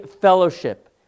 fellowship